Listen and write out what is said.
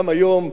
גם היום,